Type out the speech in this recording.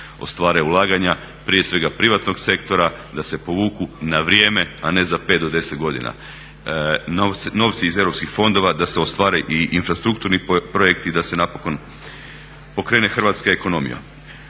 ostvare ulaganja, prije svega privatnog sektora, da se povuku na vrijeme, a ne za 5 do 10 godina novci iz europskih fondova, da se ostvare i infrastrukturni projekti i da se napokon pokrene hrvatska ekonomija.